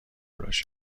باشه